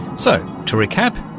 so, to recap,